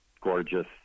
gorgeous